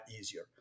easier